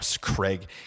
Craig